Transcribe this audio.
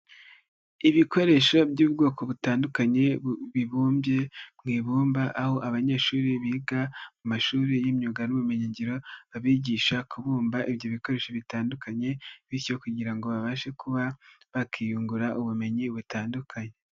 Ibikoresho by'ubwoko butandukanye bibumbye mu ibumba, aho abanyeshuri biga amashuri y'imyuga n'ubumenyingiro abigisha kubumba ibyo bikoresho bitandukanye, bityo kugira ngo babashe kuba bakiyungura ubumenyi butandukanye.